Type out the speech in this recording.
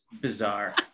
bizarre